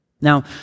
Now